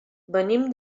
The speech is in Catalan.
venim